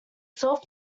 self